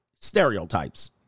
stereotypes